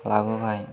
लाबोबाय